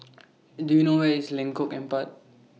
Do YOU know Where IS Lengkok Empat